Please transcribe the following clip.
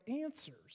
answers